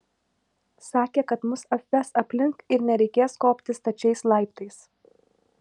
sakė kad mus apves aplink ir nereikės kopti stačiais laiptais